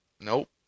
Nope